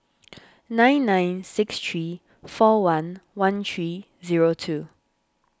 nine nine six three four one one three zero two